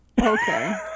Okay